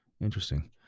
Interesting